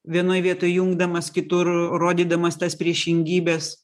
vienoj vietoj jungdamas kitur rodydamas tas priešingybes